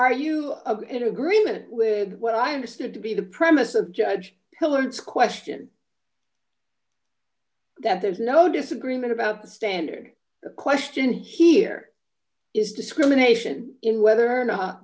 are you in agreement with what i understood to be the premise of judge to learn to question that there's no disagreement about the standing question here is discrimination in whether or not